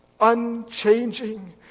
Unchanging